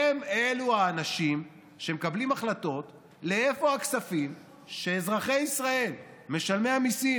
אלה האנשים שמקבלים החלטות לאין הכספים שאזרחי ישראל משלמי המיסים,